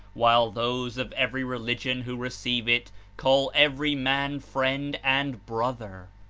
while those of every religion who receive it call every man friend and brother.